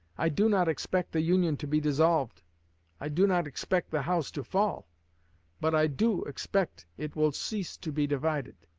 i do not expect the union to be dissolved i do not expect the house to fall but i do expect it will cease to be divided.